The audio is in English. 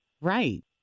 Right